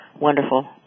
wonderful